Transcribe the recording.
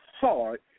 hard